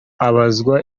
abazwa